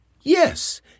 Yes